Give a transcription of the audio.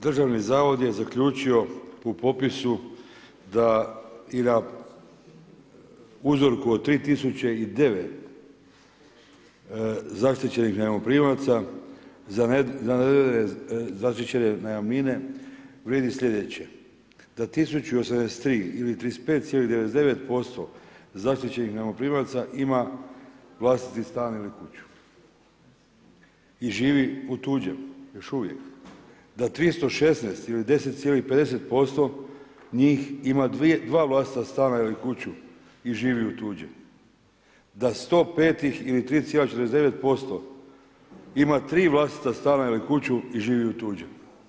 Državni zavod je zaključio u popisu i na uzorku od 3009 zaštićenih najmoprimaca za navedene zaštićene najamnine vrijedi sljedeće, da 1083 ili 35,99% zaštićenih najmoprimaca ima vlastiti stan ili kuću i živi u tuđem još uvijek, da 316 ili 10,50% njih ima dva vlastita stana i kuću i živi u tuđem, da 105 ih ili 3,49% ima tri vlastita stana ili kuću i živi u tuđem.